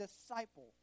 disciple